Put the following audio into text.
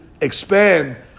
expand